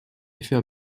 effet